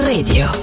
Radio